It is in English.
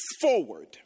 forward